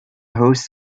host